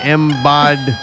Embod